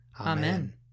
Amen